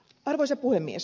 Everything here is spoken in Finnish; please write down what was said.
arvoisa puhemies